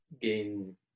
gain